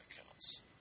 accounts